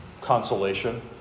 consolation